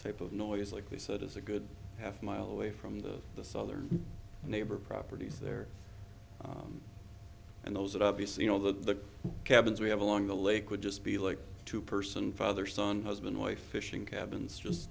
type of noise like he said is a good half mile away from the southern neighbor properties there and those that obviously know the cabins we have along the lake would just be like two person father son has been way fishing cabins just